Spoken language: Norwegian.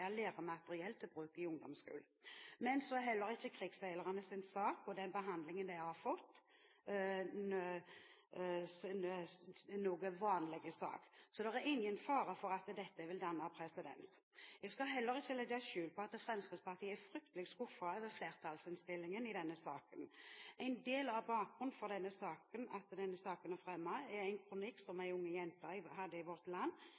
læremateriell til bruk i ungdomsskolen. Men så er heller ikke krigsseilernes sak og den behandlingen de har fått, noen vanlig sak. Så det er ingen fare for at dette vil danne presedens. Jeg skal heller ikke legge skjul på at Fremskrittspartiet er fryktelig skuffet over flertallsinnstillingen i denne saken. En del av bakgrunnen for at denne saken er fremmet, er en kronikk som en ung jente hadde i Vårt Land